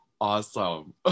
Awesome